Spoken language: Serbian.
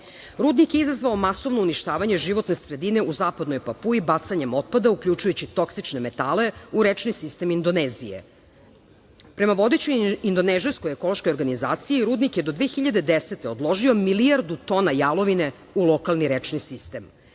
svetu. Rudnik je izazvao masovno uništavanje životne sredine u zapadnoj Papui bacanjem otpada uključujući toksičke metale u rečni sistem Indonezije. Prema vodećoj indonežanskoj ekološkoj organizaciji rudnik je do 2010. godine odložio milijardu tona jalovine u lokalni rečni sistem.